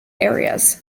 areas